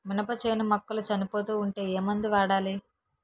మినప చేను మొక్కలు చనిపోతూ ఉంటే ఏమందు వాడాలి?